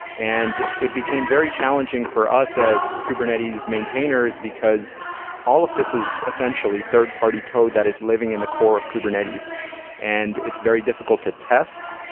and it became very challenging for us as kubernetes maintainers, because all of this is essentially third-party code that is living in the core of kubernetes and it's very difficult to test.